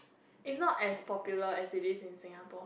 is not as popular as it is in Singapore